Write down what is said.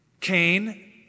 Cain